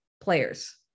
players